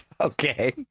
Okay